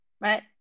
right